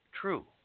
true